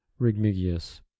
Rigmigius